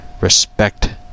respect